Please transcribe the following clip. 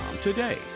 today